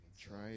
Try